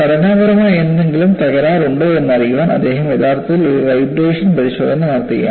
ഘടനാപരമായ എന്തെങ്കിലും തകരാറുണ്ടോയെന്ന് അറിയാൻ അദ്ദേഹം യഥാർത്ഥത്തിൽ ഒരു വൈബ്രേഷൻ പരിശോധന നടത്തുകയാണ്